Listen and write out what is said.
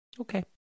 Okay